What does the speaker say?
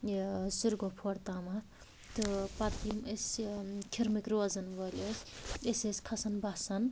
یہِ ٲں سِرگۄفور تامتھ تہٕ پتہٕ یِم اسہِ کھِرمٕکۍ روزن وٲلۍ ٲسۍ أسۍ ٲسۍ کھسان بسَن